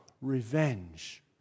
revenge